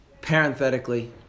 Parenthetically